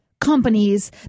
companies